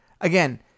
again